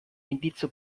indizio